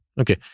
Okay